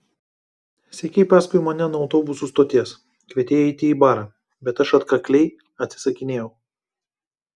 sekei paskui mane nuo autobusų stoties kvietei eiti į barą bet aš atkakliai atsisakinėjau